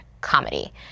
comedy